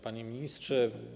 Panie Ministrze!